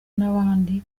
n’abandi